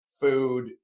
food